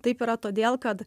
taip yra todėl kad